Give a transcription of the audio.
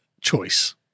choice